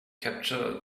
capture